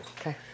Okay